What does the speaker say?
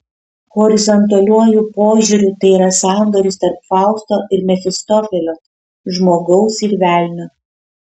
horizontaliuoju požiūriu tai yra sandoris tarp fausto ir mefistofelio žmogaus ir velnio